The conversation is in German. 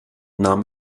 nahm